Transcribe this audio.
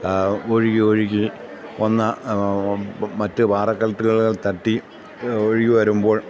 ഒഴുകി ഒഴുകി വന്ന് മറ്റ് പാറക്കല്ലുകളില് തട്ടി ഒഴുകി വരുമ്പോൾ